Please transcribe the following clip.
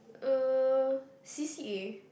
uh C_C_A